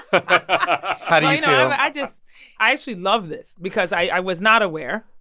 i you know i just i actually love this because i was not aware.